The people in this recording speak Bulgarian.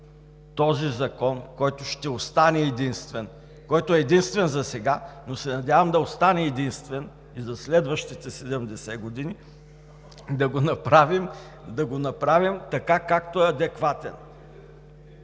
този закон, който ще остане единствен, който е единствен засега, но се надявам да остане единствен и за следващите 70 години. Да го направим така, както е адекватен.